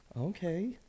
Okay